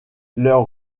leurs